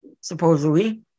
supposedly